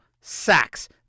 sacks